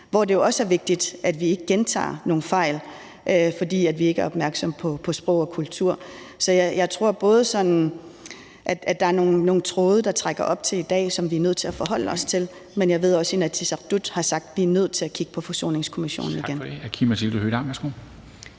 hvor det også er vigtigt, at vi ikke gentager nogle fejl, fordi vi ikke er opmærksomme på sprog og kultur. Så jeg tror, at der er nogle tråde, der trækker op til i dag, som vi er nødt til at forholde os til, men jeg ved også, at Inatsisartut har sagt, at vi er nødt til at kigge på Forsoningskommissionen igen.